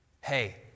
Hey